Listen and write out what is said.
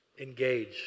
engage